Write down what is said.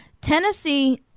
Tennessee